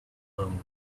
alone